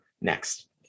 next